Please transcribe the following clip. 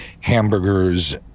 hamburgers